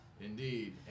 Indeed